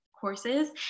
courses